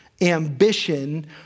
ambition